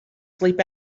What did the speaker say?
sleep